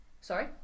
Sorry